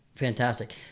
Fantastic